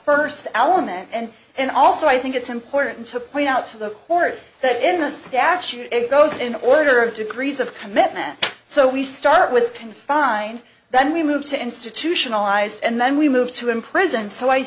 first element and and also i think it's important to point out to the court that in the statute it goes in order of degrees of commitment so we start with confined then we move to institutionalized and then we move to in prison so i